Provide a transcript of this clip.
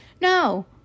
No